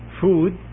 food